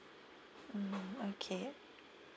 mm okay